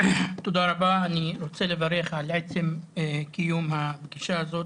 אני רוצה לברך על עצם קיום הפגישה הזאת,